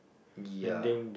ya